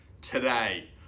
Today